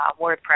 WordPress